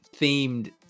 themed